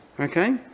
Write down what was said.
Okay